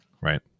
right